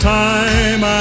time